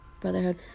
Brotherhood